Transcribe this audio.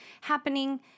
happening